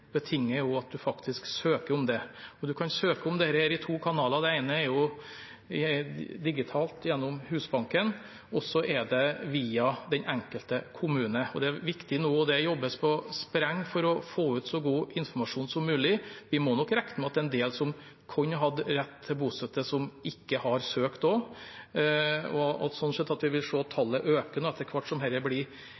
kan søke om dette i to kanaler, den ene er digitalt gjennom Husbanken, og så er det via den enkelte kommune. Det er viktig nå – og det jobbes på spreng for – å få ut så god informasjon som mulig. Vi må nok regne med at det er en del som kunne hatt rett til bostøtte, som ikke har søkt, og at vi sånn sett vil se at